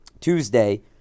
Tuesday